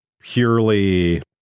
purely